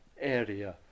area